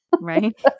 Right